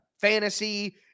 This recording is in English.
fantasy